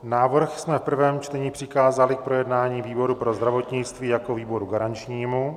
Návrh jsme v prvém čtení přikázali k projednání výboru pro zdravotnictví jako výboru garančnímu.